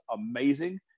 amazing